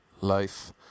life